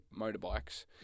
motorbikes